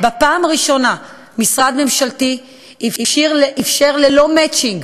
בפעם הראשונה משרד ממשלתי אפשר ללא מצ'ינג